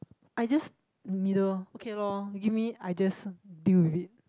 I just in the middle okay lor you give me I just deal with it